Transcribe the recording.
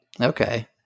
Okay